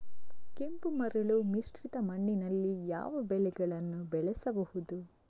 ಕೆಂಪು ಮರಳು ಮಿಶ್ರಿತ ಮಣ್ಣಿನಲ್ಲಿ ಯಾವ ಬೆಳೆಗಳನ್ನು ಬೆಳೆಸಬಹುದು?